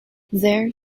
there